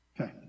Okay